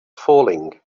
falling